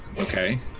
okay